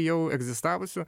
jau egzistavusių